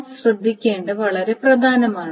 അത് ശ്രദ്ധിക്കേണ്ടത് വളരെ പ്രധാനമാണ്